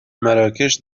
مراکش